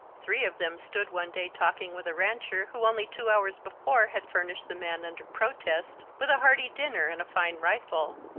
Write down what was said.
three of them stood one day talking with a rancher, who only two hours before had furnished the man, under protest, with a hearty dinner and a fine rifle.